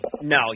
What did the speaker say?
no